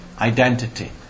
identity